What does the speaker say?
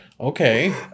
Okay